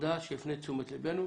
תודה שהפנית את תשומת ליבנו.